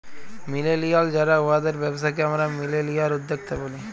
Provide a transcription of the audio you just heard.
millennial যারা উয়াদের ব্যবসাকে আমরা মিলেলিয়াল উদ্যক্তা ব্যলি